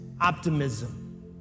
optimism